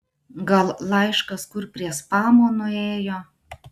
gal laiškas kur prie spamo nuėjo